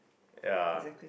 ya